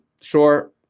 sure